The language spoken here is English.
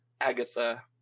Agatha